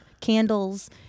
candles